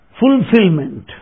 fulfillment